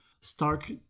stark